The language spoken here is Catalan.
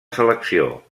selecció